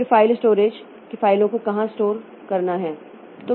फिर file storage कि फाइलों को कहां स्टोर करना है